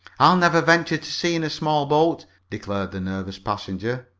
i'll never venture to sea in a small boat! declared the nervous passenger.